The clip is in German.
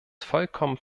vollkommen